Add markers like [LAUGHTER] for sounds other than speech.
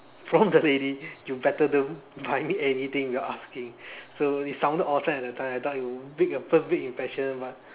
[LAUGHS] from the lady you better don't buy me anything without asking so it sounded awesome at that time I thought it will big a first big impression but